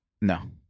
No